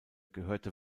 gehörte